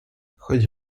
хоть